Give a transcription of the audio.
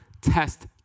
test